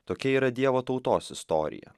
tokia yra dievo tautos istorija